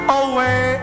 away